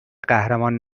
قهرمان